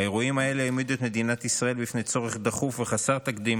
האירועים האלה העמידו את מדינת ישראל בפני צורך דחוף וחסר תקדים